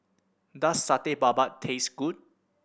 does Satay Babat taste good